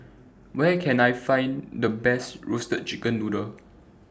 Where Can I Find The Best Roasted Chicken Noodle